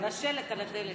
והשלט על הדלת.